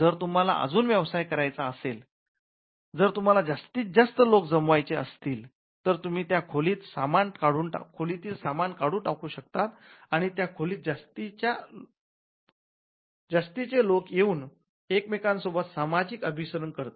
जर तुम्हाला अजून व्यवसाय करायचा असेल जर तुम्हाला जास्तीत लोकं जमवायचे असतील तर तुम्ही त्या खोलीतील सामान काढून टाकू शकता आणि त्या खोलीत जास्तीच्या लोक येऊन एकमेकांसोबत सामाजिक अभिसरण करतील